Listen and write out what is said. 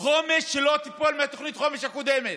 חומש שלא תיפול מתוכנית החומש הקודמת,